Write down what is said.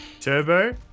Turbo